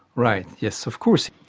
right, yes, of course.